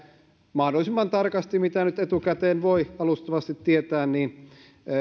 mahdollisimman tarkasti sen mitä nyt etukäteen voi alustavasti tietää